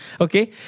Okay